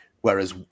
Whereas